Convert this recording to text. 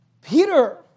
Peter